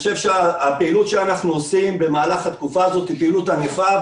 הפעילות שאנחנו עושים במהלך התקופה הזאת היא פעילות ענפה.